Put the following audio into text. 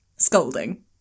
scolding